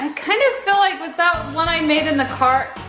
kind of feel like, was that one i made in the car,